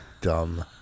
dumb